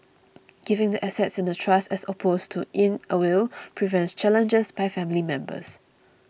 giving the assets in a trust as opposed to in a will prevents challenges by family members